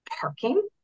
Parking